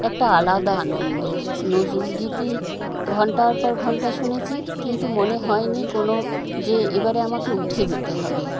একটা আলাদা আনন্দ নজরুলগীতি ঘন্টার পর ঘন্টা শুনেছি কিন্তু মনে হয় নি কোনো যে এবারে আমাকে উঠে যেতে হবে